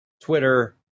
Twitter